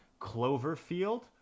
Cloverfield